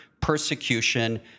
persecution